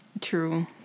True